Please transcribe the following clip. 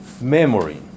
Memory